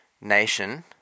Nation